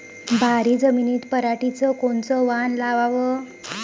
भारी जमिनीत पराटीचं कोनचं वान लावाव?